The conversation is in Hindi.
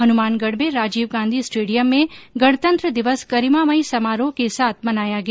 हनुमानगढ़ में राजीव गांधी स्टेडियम में गणतंत्र दिवस गरीमामयी समारोह के साथ मनाया गया